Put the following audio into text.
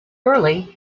early